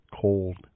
cold